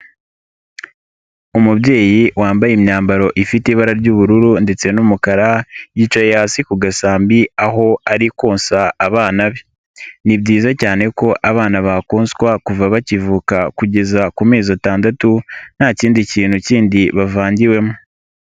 Umubyeyi wambaye imyambaro ifite ibara ry'ubururu ndetse n'umukara yicaye hasi ku gasambi aho ari konsa abana be. Ni byiza cyane ko abana bakonswa kuva bakivuka kugeza ku mezi atandatu nta kindi kintu kindi bavangiwemo.